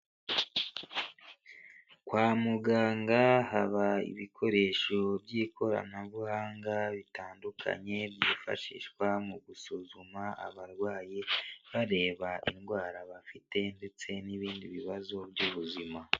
Kwa muganga haba ibikoresho by'ikoranabuhanga bitandukanye byifashishwa mu gusuzuma abarwayi bareba indwara bafite ndetse n'ibindi bibazo by'ubuzima.